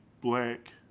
black